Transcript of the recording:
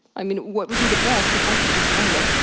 i mean, what would be the best, if i could design it,